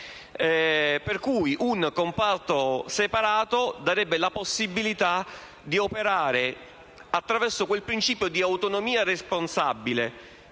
ricerca. Un comparto separato, pertanto, darebbe la possibilità di operare attraverso quel principio di autonomia responsabile,